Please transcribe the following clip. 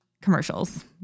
commercials